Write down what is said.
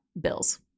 bills